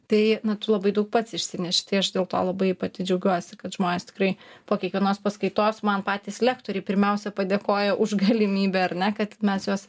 tai na tu labai daug pats išsineši tai aš dėl to labai pati džiaugiuosi kad žmonės tikrai po kiekvienos paskaitos man patys lektoriai pirmiausia padėkoja už galimybę ar ne kad mes juos